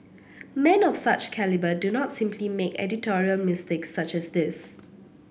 men of such calibre do not simply make editorial mistakes such as this